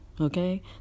Okay